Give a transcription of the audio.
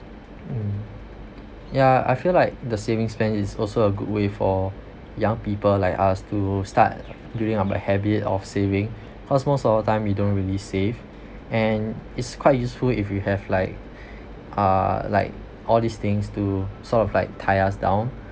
mm ya I feel like the savings plan is also a good way for young people like us to start building on my habit of saving cause most of the time we don't really save and is quite useful if you have like uh like all these things to sort of like tie us down